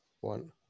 one